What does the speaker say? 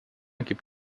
gibt